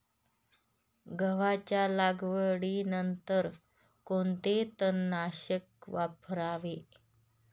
गव्हाच्या लागवडीनंतर कोणते तणनाशक वापरावे?